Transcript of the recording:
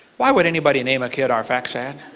why would any body name a kid, arphaxhad?